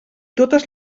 totes